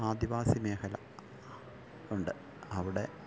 ആദിവാസി മേഖല ഉണ്ട് അവിടെ